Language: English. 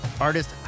Artist